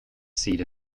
seed